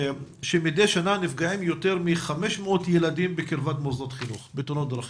מדי שנה נפגעים יותר מ-500 ילדים בקרבת מוסדות חינוך בתאונות דרכים,